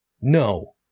no